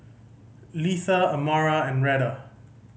Litha Amara and Reta